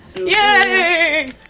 Yay